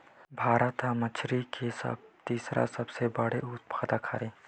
भारत हा मछरी के तीसरा सबले बड़े उत्पादक हरे